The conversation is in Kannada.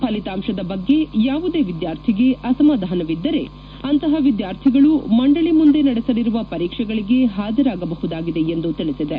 ಫಲಿತಾಂಶದ ಬಗ್ಗೆ ಯಾವುದೇ ವಿದ್ವಾರ್ಥಿಗೆ ಅಸಮಧಾನವಿದ್ದರೆ ಅಂತಹ ವಿದ್ವಾರ್ಥಿಗಳು ಮಂಡಳ ಮುಂದೆ ನಡೆಸಲಿರುವ ಪರೀಕ್ಷೆಗಳಿಗೆ ಹಾಜರಾಗಬಹುದಾಗಿದೆ ಎಂದು ತಿಳಿಸಿದೆ